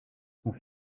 son